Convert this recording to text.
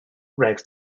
rags